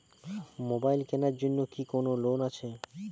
Mobile কেনার জন্য কি কোন লোন আছে?